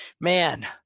man